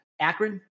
Akron